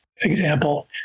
example